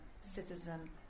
citizen